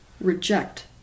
reject